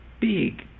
big